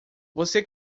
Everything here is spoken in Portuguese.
você